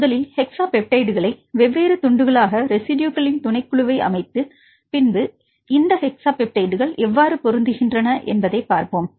முதலில் ஹெக்ஸாபெப்டைட்களை வெவ்வேறு துண்டுகளாக வெட்டி ரெஸிட்யுகளின் துணைக்குழுவை அமைத்து பின்னர் இந்த ஹெக்ஸாபெப்டைடுகள் எவ்வாறு பொருந்துகின்றன என்பதைப் பார்ப்போம்